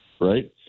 right